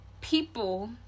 people